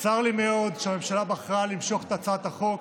צר לי מאוד שהממשלה בחרה למשוך את הצעת החוק.